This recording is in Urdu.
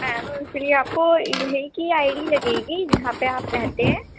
میم اِس لیے آپ کو یہیں کی آئی ڈی لگے گی جہاں پہ آپ رہتے ہیں